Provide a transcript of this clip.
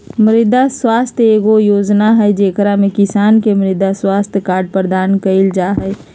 मृदा स्वास्थ्य एगो योजना हइ, जेकरा में किसान के मृदा स्वास्थ्य कार्ड प्रदान कइल जा हइ